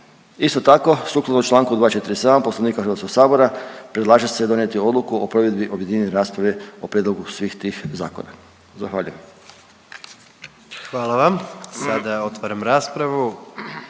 Isto tako sukladno čl. 247. Poslovnika Hrvatskog sabora, predlaže se donijeti odluku o provedbi objedinjene rasprave o prijedlogu svih tih zakona. Zahvaljujem. **Jandroković, Gordan